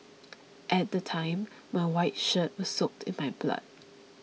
at the time my white shirt was soaked in my blood